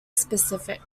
specific